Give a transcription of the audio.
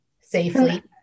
safely